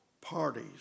parties